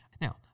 Now